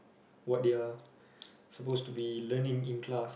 what they are supposed to be learning in class